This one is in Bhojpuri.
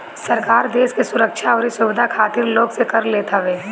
सरकार देस के सुरक्षा अउरी सुविधा खातिर लोग से कर लेत हवे